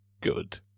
good